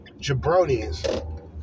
jabronis